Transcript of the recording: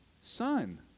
son